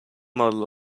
model